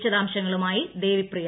വിശദാംശങ്ങളു്മായി Devipriya